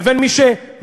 לבין מי שמציג